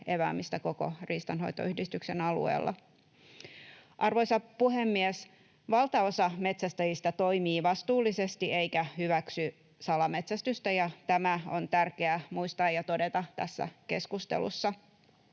epäämistä koko riistanhoitoyhdistyksen alueella. Arvoisa puhemies! Valtaosa metsästäjistä toimii vastuullisesti eikä hyväksy salametsästystä. Tämä on tärkeää muistaa ja todeta tässä keskustelussa.